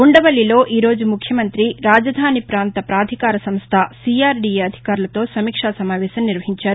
ఉండవల్లిలో ఈరోజు ముఖ్యమంత్రి రాజధాని పాంత పాధికార సంస్ట సీఆర్డీఎ అధికారులతో సమీక్షా సమావేశం నిర్వహించారు